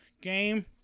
Game